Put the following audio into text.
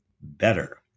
better